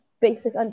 basic